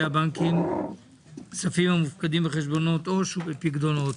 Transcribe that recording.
הבנקים על כספים המופקדים בחשבונות עו"ש ובפיקדונות.